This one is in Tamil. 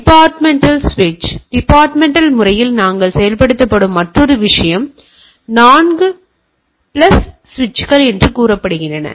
டிபார்ட்மென்டல் சுவிட்சில் அல்லது டிபார்ட்மென்டல் முறையில் நாங்கள் செயல்படுத்தும் மற்றொரு விஷயம் அவை 4 பிளஸ் சுவிட்சுகள் என்று கூறுகின்றன